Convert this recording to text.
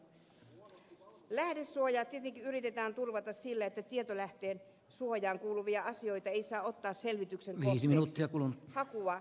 lähdesuojaa tietenkin yritetään turvata sillä että tietolähteen suojaan kuuluvia asioita ei saa ottaa selvityksen kohteeksi